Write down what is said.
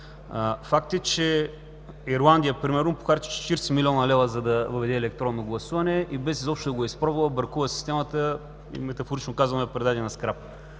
Факт е, че Ирландия, примерно, похарчи 40 млн. лв., за да въведе електронно гласуване и без изобщо да го е изпробвала, бракува системата и, метафорично казано, я предаде на скрап.